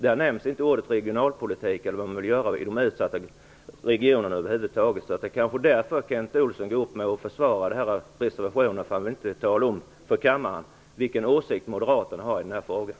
Där nämndes inte ordet regionalpolitik över huvud taget, och ingenting sades heller om vad man vill göra i de utsatta regionerna. Det är kanske därför Kent Olsson försvarar den här reservationen - han vill inte tala om för kammaren vilken åsikt moderaterna har i den här frågan.